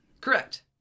Correct